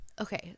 Okay